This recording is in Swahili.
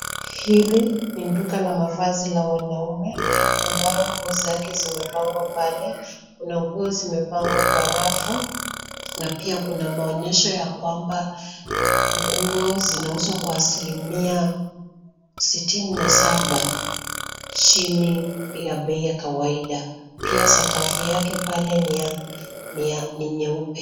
Hili ni duka la mavazi la wanaume ambayo nguo zake zimepangwa pale. Kuna nguo zimepangwa kwa rafu na pia kuna maonyesho ya kwamba nguo zinauzwa kwa asili mia sitini na saba chini ya bei ya kawaida. Pia sakafu yake pale ni ya, ni ya, ni nyeupe.